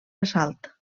assalt